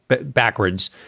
backwards